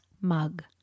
mug